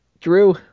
Drew